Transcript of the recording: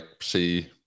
see